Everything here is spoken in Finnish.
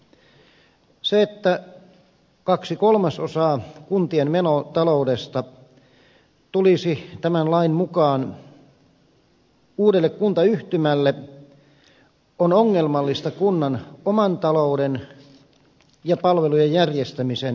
se että kaksi kolmasosaa kuntien menotaloudesta tulisi tämän lain mukaan uudelle kuntayhtymälle on ongelmallista kunnan oman talouden ja palvelujen järjestämisen kannalta